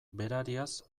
berariaz